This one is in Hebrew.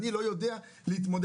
אני לא יודע להתמודד,